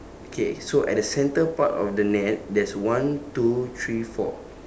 okay so at the centre part of the net there's one two three four